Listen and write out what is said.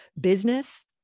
business